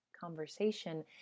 conversation